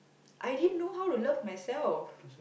I didn't know how to love myself